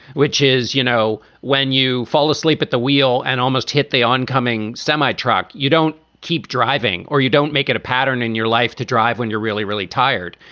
which is, you know, when you fall asleep at the wheel and almost hit the oncoming semi-truck, you don't keep driving or you don't make it a pattern in your life to drive when you're really, really tired.